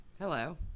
hello